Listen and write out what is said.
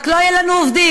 רק לא יהיו לנו עובדים.